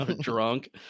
drunk